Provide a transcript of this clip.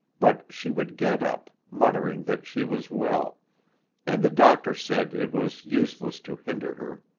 but she would get up, muttering that she was well and the doctor said it was useless to hinder her.